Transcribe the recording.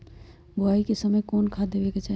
बोआई के समय कौन खाद देवे के चाही?